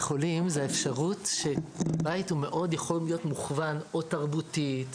חולים: האפשרות שבית יכול להיות מאוד מוכוון או תרבותית,